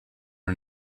are